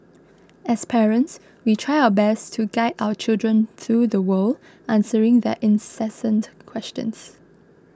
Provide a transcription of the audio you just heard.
as parents we try our best to guide our children through the world answering their incessant questions